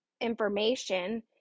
information